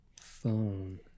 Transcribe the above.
phone